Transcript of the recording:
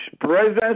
presence